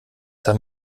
haben